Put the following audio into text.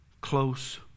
close